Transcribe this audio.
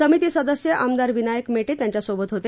समिती सदस्य आमदार विनायक मेटे त्यांच्या सोबत होते